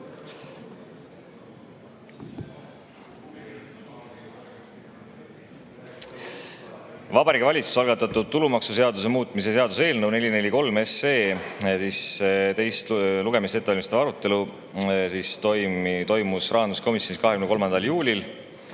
Vabariigi Valitsuse algatatud tulumaksuseaduse muutmise seaduse eelnõu 443 teist lugemist ette valmistav arutelu toimus rahanduskomisjonis 23. juulil.